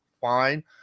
fine